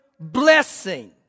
blessing